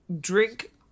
drink